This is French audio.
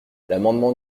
l’amendement